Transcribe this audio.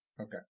Okay